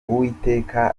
uwiteka